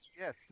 Yes